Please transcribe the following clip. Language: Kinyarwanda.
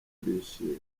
turishimye